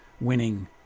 winning